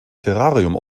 terrarium